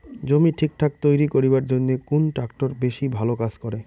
জমি ঠিকঠাক তৈরি করিবার জইন্যে কুন ট্রাক্টর বেশি ভালো কাজ করে?